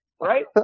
right